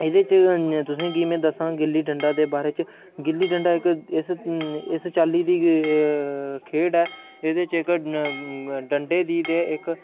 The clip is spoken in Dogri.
एह्दे च तुसें गी में दस्सा गुल्ली डंडा दे बारे च गुल्ली डंडा इक इस इस चाल्ली दी गेम खेढ़ ऐ एह्दे च जेकर डंडे दी गै इक